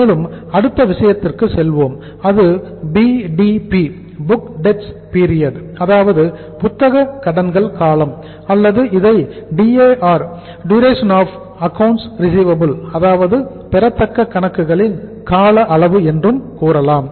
மேலும் அடுத்த விஷயத்திற்கு செல்ல வேண்டும் அது BDP புக் டெப்ட்ஸ் பீரியட் அதாவது பெறத்தக்க கணக்குகளின் கால அளவு என்றும் கூறலாம்